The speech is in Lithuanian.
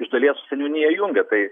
iš dalies seniūniją jungia tai